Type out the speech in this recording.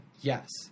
Yes